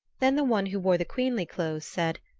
then the one who wore the queenly clothes said,